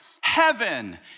heaven